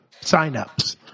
signups